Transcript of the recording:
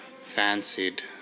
fancied